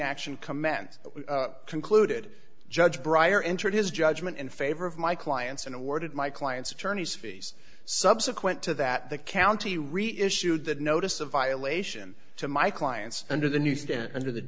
action commenced concluded judge bryer entered his judgment in favor of my clients and awarded my client's attorney's fees subsequent to that the county reissued the notice of violation to my clients under the new stand under the